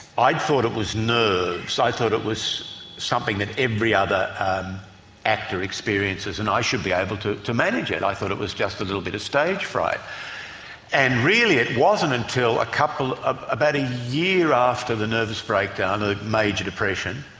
i'd thought it was nerves, so i thought it was something that every other actor experiences and i should be able to to manage it. i thought it was just a little bit of stage fright and really it wasn't until a couple of, about a year after the nervous breakdown of ah major depression,